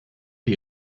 die